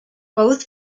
both